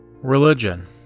Religion